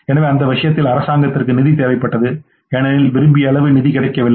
எனவே அந்த விஷயத்தில் அரசாங்கத்திற்கு நிதி தேவைப்பட்டது ஏனெனில் விரும்பிய அளவு நிதி கிடைக்கவில்லை